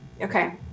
Okay